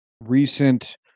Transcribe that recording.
recent